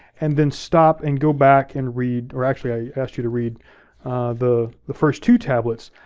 and then stop and go back and read, or actually, i asked you to read the the first two tablets,